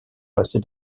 passés